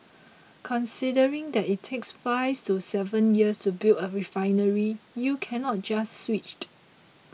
considering that it takes five to seven years to build a refinery you cannot just switched